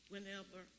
whenever